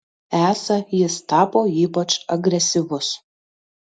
esą jis tapo ypač agresyvus